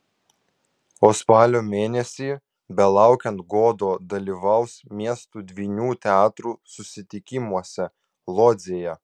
o spalio mėnesį belaukiant godo dalyvaus miestų dvynių teatrų susitikimuose lodzėje